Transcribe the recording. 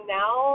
now